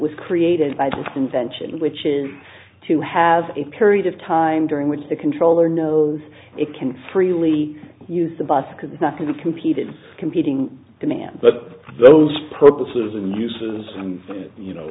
was created by the convention which is to have a period of time during which the controller knows it can freely use the bus because it's not going to competed competing demands but those purposes and uses you know